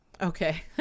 Okay